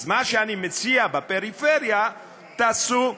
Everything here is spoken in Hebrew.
אז מה שאני מציע: בפריפריה תעשו,